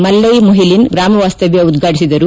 ಮಲ್ಲೆ ಮುಹಿಲಿನ್ ಗ್ರಾಮ ವಾಸ್ತವ್ಯ ಉದ್ಘಾಟಿಸಿದರು